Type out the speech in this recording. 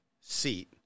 seat